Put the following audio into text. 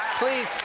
please.